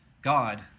God